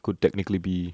would technically be